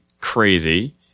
crazy